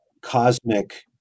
cosmic